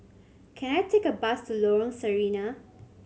can I take a bus to Lorong Sarina